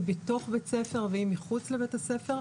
בתוך בית הספר ואם היא מחוץ לבית הספר,